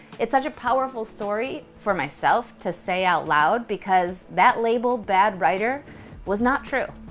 it's such a powerful story for myself to say out loud, because that label bad writer was not true.